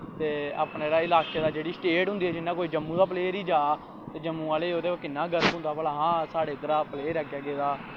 ते अपने जेह्ड़े लाह्के जेह्ड़ी स्टेट होंदी ऐ जि'यां कोई जम्मू दा प्लेयर ई जा ते जम्मू ओह्लें गी ओह्दे पर किन्ना ग्रव होंदा भला हां साढ़े इद्धरा दा प्लेयर अग्गें गेदा